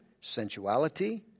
sensuality